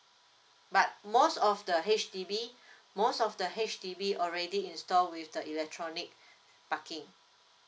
but most of the H_D_B most of the H_D_B already installed with the electronic parking